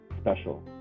special